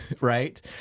right